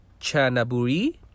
chanaburi